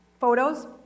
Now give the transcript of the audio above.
photos